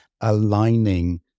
aligning